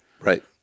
right